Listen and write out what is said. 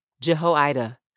Jehoiada